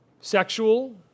sexual